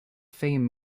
fame